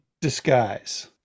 disguise